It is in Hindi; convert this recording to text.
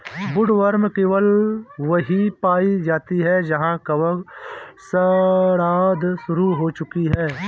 वुडवर्म केवल वहीं पाई जाती है जहां कवक सड़ांध शुरू हो चुकी है